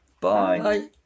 Bye